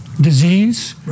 disease